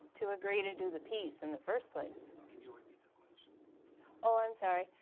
to agree to do the piece in the first place. can you repeat the question? oh i'm sorry.